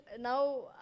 Now